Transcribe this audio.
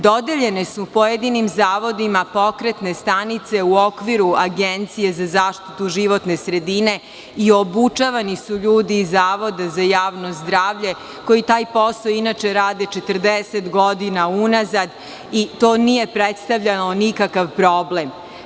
Dodeljeni su pojedinim zavodima pokretne stanice u okviru Agencije za zaštitu životne sredine i obučavani su ljudi iz Zavoda za javno zdravlje koji taj posao inače rade 40 godina unazad i to nije predstavljalo nikakav problem.